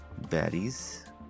baddies